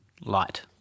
light